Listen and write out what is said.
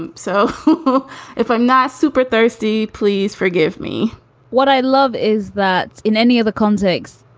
and so if i'm not super thirsty, please forgive me what i love is that in any other context,